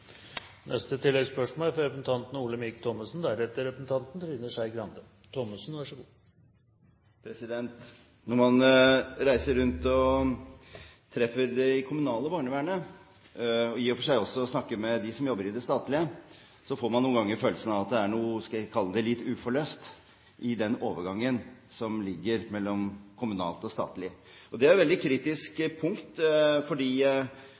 Når man reiser rundt og treffer det kommunale barnevernet, og i og for seg også snakker med dem som jobber i det statlige, får man noen ganger følelsen av at det er noe – hva skal jeg kalle det – litt uforløst i den overgangen som ligger mellom det kommunale og statlige. Det er et veldig